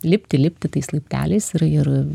lipti lipti tais laipteliais ir ir